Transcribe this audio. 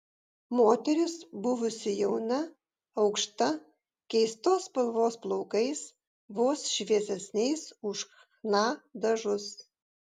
moteris buvusi jauna aukšta keistos spalvos plaukais vos šviesesniais už chna dažus